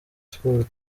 sports